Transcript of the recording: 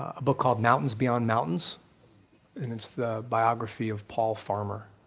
a book called mountains beyond mountains and it's the biography of paul farmer,